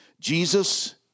Jesus